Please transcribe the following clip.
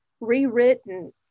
rewritten